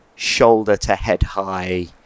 shoulder-to-head-high